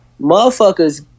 motherfuckers